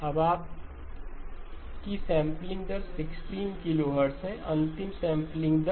अब आपकी सेंपलिंग दर 16 किलोहर्ट्ज़ है अंतिम सेंपलिंग दर